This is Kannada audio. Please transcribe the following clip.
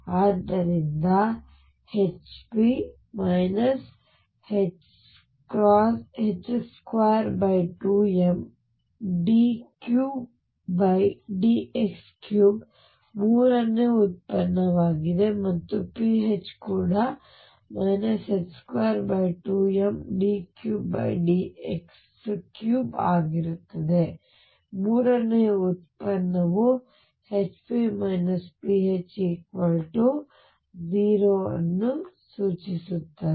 ಆದ್ದರಿಂದ Hp 22md3dx3 ಮೂರನೇ ಉತ್ಪನ್ನವಾಗಿದೆ ಮತ್ತು pH ಕೂಡ 22md3dx3 ಆಗಿರುತ್ತದೆ ಮೂರನೆಯ ಉತ್ಪನ್ನವು Hp pH 0 ಅನ್ನು ಸೂಚಿಸುತ್ತದೆ